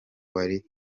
wari